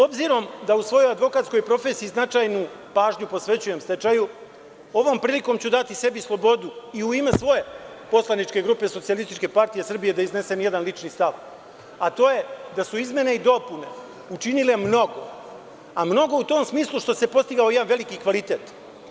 Obzirom da u svojoj advokatskoj profesiji značajnu pažnju posvećujem stečaju, ovom prilikom ću dati sebi slobodu i u ime svoje poslaničke grupe Socijalističke partije Srbije da iznesem jedan lični stav, a to je da su izmene i dopune učinile mnogo, a mnogo u tom smislu što se postigao jedan veliki kvalitet.